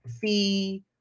fee